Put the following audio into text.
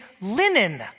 linen